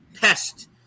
pest